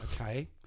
okay